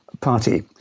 party